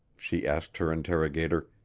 she asked her interrogator,